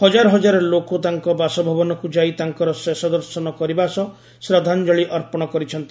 ହଜାର ହଜାର ଲୋକ ତାଙ୍କ ବାସଭବନକୁ ଯାଇ ତାଙ୍କର ଶେଷଦର୍ଶନ କରିବା ସହ ଶ୍ରଦ୍ଧାଞ୍ଚଳି ଅର୍ପଣ କରିଛନ୍ତି